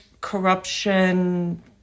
corruption